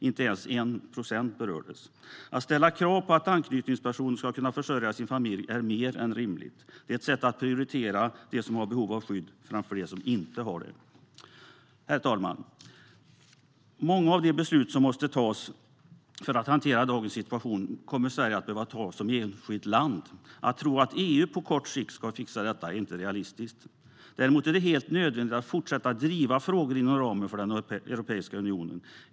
Inte ens 1 procent berördes. Att ställa krav på att en anknytningsperson ska kunna försörja sin familj är mer än rimligt. Det är ett sätt att prioritera dem som har behov av skydd framför dem som inte har det. Herr talman! Många av de beslut som måste tas för att hantera dagens situation kommer Sverige att behöva ta som enskilt land. Att tro att EU på kort sikt ska fixa detta är inte realistiskt. Däremot är det helt nödvändigt att fortsätta att driva frågor inom ramen för Europeiska unionen.